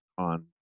on